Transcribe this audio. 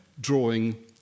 drawing